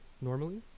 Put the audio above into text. normally